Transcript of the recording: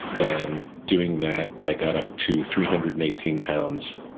and, doing that, i got up to three hundred and eighteen pounds,